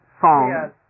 song